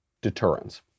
deterrence